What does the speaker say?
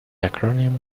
acronym